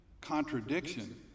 contradiction